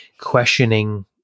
questioning